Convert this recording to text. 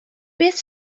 beth